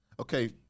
Okay